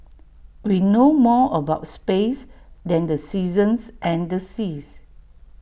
we know more about space than the seasons and the seas